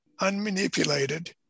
unmanipulated